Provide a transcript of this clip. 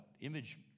image